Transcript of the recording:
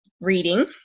reading